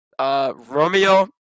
Romeo